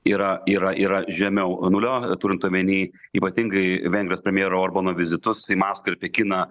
yra yra yra žemiau nulio turint omeny ypatingai vengrijos premjero orbano vizitus į maskvą ir pekiną